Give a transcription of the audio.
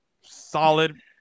solid